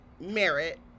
merit